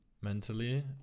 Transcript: mentally